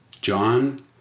John